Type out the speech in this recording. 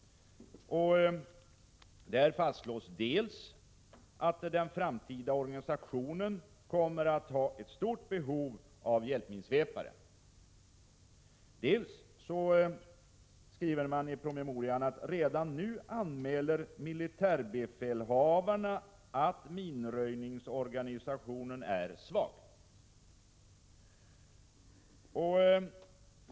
Där fastslås att den framtida organisationen kommer att ha ett stort behov av hjälpminsvepare. Vidare skrivs i promemorian att militärbefälhavarna redan nu anmäler att minröjningsorganisationen är svag.